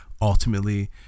ultimately